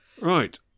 Right